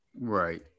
Right